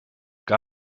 got